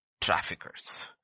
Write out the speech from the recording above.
Traffickers